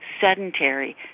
sedentary